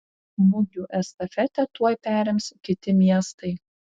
mugių estafetę tuoj perims kiti miestai